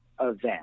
event